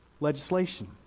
legislation